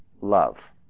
love